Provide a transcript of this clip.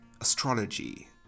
astrology